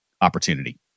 opportunity